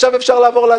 עכשיו אפשר לעבור להצבעה.